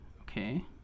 Okay